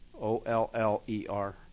O-L-L-E-R